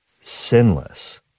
sinless